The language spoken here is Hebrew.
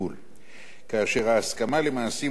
כאשר ההסכמה למעשים הושגה תוך ניצול